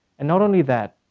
and not only that,